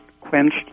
quenched